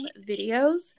videos